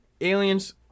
aliens